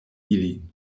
ilin